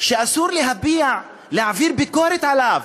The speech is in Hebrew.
שאסור להביע, להעביר ביקורת עליו.